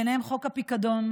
ובהם חוק הפיקדון,